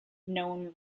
known